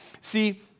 See